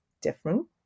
different